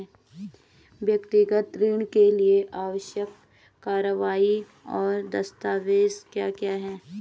व्यक्तिगत ऋण के लिए आवश्यक कार्यवाही और दस्तावेज़ क्या क्या हैं?